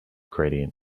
gradient